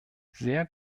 sehr